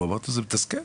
זה מתסכל".